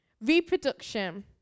Reproduction